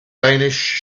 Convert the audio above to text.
danish